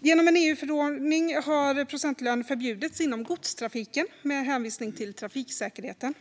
Genom en EU-förordning har procentlön förbjudits inom godstrafiken med hänvisning till trafiksäkerheten.